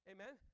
Amen